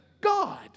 God